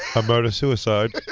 a murder-suicide.